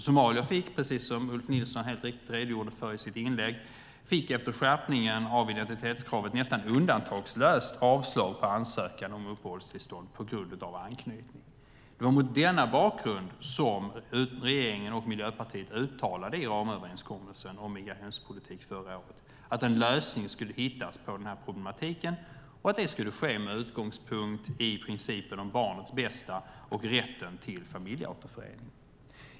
Somalier fick, precis som Ulf Nilsson redogjorde för i sitt inlägg, efter skärpningen av identitetskravet nästan undantagslöst avslag på ansökan om uppehållstillstånd på grund av anknytning. Det var mot denna bakgrund som regeringen och Miljöpartiet i ramöverenskommelsen om migrationspolitik förra året uttalade att en lösning skulle hittas på problematiken och att det skulle ske med utgångspunkt i principen om barnets bästa och rätten till familjeåterförening.